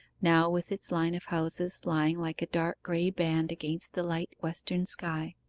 now, with its line of houses, lying like a dark grey band against the light western sky.